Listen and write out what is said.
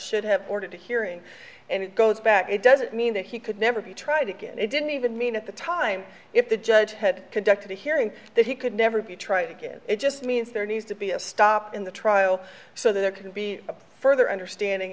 should have ordered a hearing and it goes back it doesn't mean that he could never be tried again it didn't even mean at the time if the judge had conducted a hearing that he could never be tried again it just means there needs to be a stop in the trial so there could be a further understanding